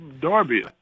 Darby